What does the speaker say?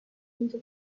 into